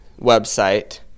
website